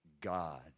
God